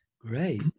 Great